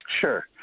Sure